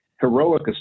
heroic